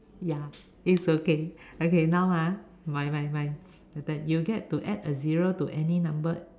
ya is okay okay now ah mine mine mine my turn you get to add a zero to any number